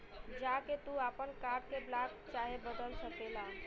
जा के तू आपन कार्ड के ब्लाक चाहे बदल सकेला